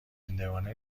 هندوانه